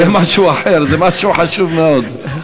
זה משהו אחר, וזה משהו חשוב מאוד.